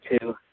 two